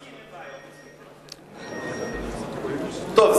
טוב,